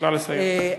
נא לסיים.